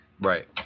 Right